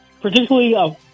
particularly